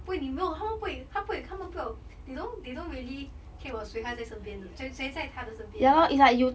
不会你没有他们不会他不会他们不要 they don't they don't really care about 谁还在身边的谁谁在她的身边 but